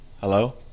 Hello